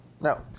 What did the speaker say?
No